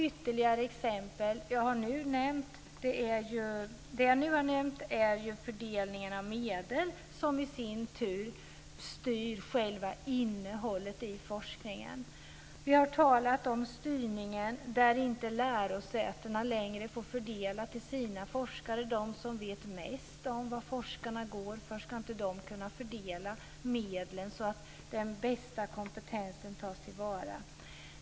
Det som jag nu har nämnt gäller fördelningen av medel som i sin tur styr själva innehållet i forskningen. Vi har talat om styrningen som innebär att lärosätena inte längre får fördela medel till sina forskare. Ska inte de som vet mest om vad forskarna går för kunna fördela medlen så att den bästa kompetensen tas till vara?